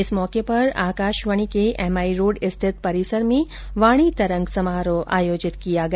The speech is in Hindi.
इस मौके पर आकाशवाणी के एम आई रोड़ स्थित परिसर में वाणी तरंग समारोह आयोजित किया गया